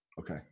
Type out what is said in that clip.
Okay